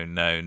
no